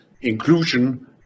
inclusion